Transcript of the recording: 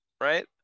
right